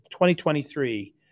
2023